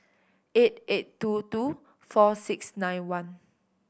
eight eight two two four six nine one